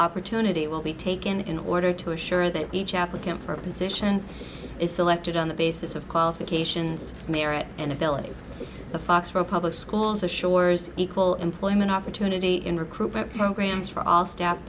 opportunity will be taken in order to assure that each applicant for position is selected on the basis of qualifications merit and ability the foxboro public schools the shore's equal employment opportunity in recruitment programs for all st